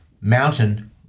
Mountain